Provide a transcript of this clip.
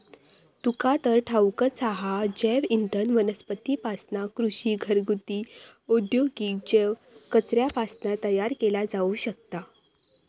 तुका तर ठाऊकच हा, जैवइंधन वनस्पतींपासना, कृषी, घरगुती, औद्योगिक जैव कचऱ्यापासना तयार केला जाऊ शकता